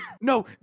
No